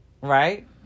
Right